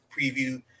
preview